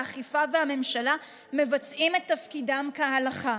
האכיפה והממשלה מבצעות את תפקידן כהלכה,